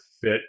fit